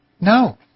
No